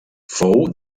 fou